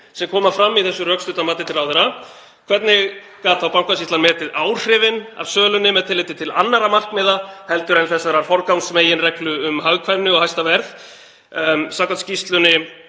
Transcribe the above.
sem koma fram í þessu rökstudda mati til ráðherra? Hvernig gat þá Bankasýslan metið áhrifin af sölunni með tilliti til annarra markmiða heldur en þessarar forgangsmeginreglu um hagkvæmni og hæsta verð? Samkvæmt skýrslunni